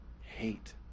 hate